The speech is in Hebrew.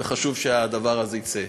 וחשוב שהדבר הזה יצא.